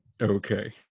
Okay